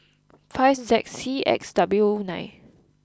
five Z C X W nine